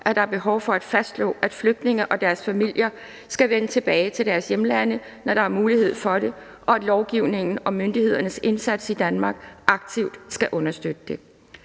at der er behov for at fastslå, at flygtninge og deres familier skal vende tilbage til deres hjemlande, når der er mulighed for det, og at lovgivningen og myndighedernes indsats i Danmark aktivt skal understøtte det.